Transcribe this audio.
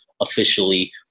officially